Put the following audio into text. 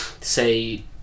say